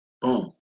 Boom